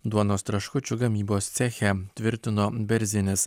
duonos traškučių gamybos ceche tvirtino berzinis